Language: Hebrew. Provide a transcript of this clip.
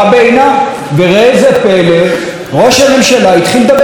וראה זה פלא, ראש הממשלה התחיל לדבר בשפה הזאת.